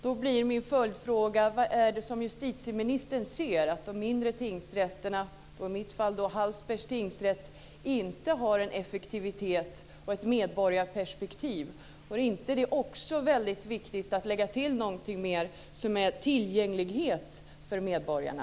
Då blir min följdfråga: Vad är det som gör att justitieministern anser att de mindre tingsrätterna - i mitt fall Hallsbergs tingsrätt - inte har en effektivitet och ett medborgarperspektiv? Är det inte också väldigt viktigt att lägga till någonting mer, nämligen tillgänglighet för medborgarna?